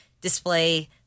display